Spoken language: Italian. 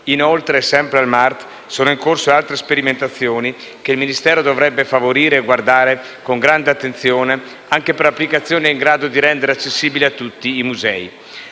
Inoltre, sempre al Mart, sono in corso altre sperimentazioni, che il Ministero dovrebbe favorire e guardare con grande attenzione, anche per applicazioni in grado di rendere i musei accessibili a tutti.